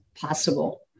possible